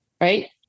Right